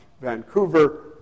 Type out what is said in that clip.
Vancouver